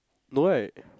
no right